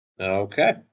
Okay